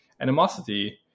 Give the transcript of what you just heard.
animosity